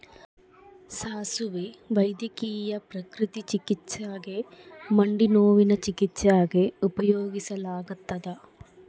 ಸಾಸುವೆ ವೈದ್ಯಕೀಯ ಪ್ರಕೃತಿ ಚಿಕಿತ್ಸ್ಯಾಗ ಮಂಡಿನೋವಿನ ಚಿಕಿತ್ಸ್ಯಾಗ ಉಪಯೋಗಿಸಲಾಗತ್ತದ